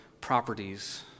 properties